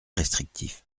restrictif